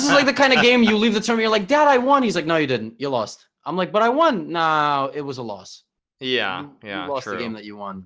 so like the kind of game you leave the term you're like dad i won he's like no you didn't you lost i'm like but i won now it was a loss yeah yeah you lost the game that you won